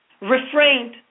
refrained